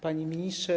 Panie Ministrze!